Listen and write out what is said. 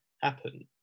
happen